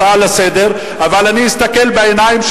הצעה לסדר-היום,